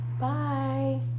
Bye